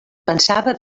pensava